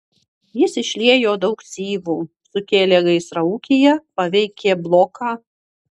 jis išliejo daug syvų sukėlė gaisrą ūkyje paveikė bloką